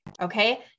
okay